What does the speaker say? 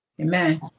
Amen